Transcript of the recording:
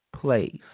place